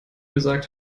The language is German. gesagt